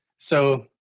so,